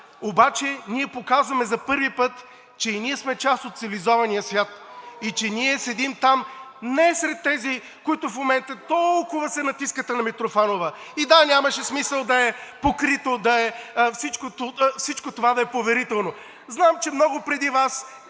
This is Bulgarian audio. обаче ние показваме за първи път, че и ние сме част от цивилизования свят и че ние седим там не сред тези, които в момента толкова се натискате на Митрофанова. (Шум и реплики от ВЪЗРАЖДАНЕ.) И да, нямаше смисъл да е покрито, всичко това да е поверително. Знам, че много преди Вас